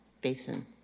basin